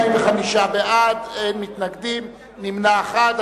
45 בעד, אין מתנגדים, נמנע אחד.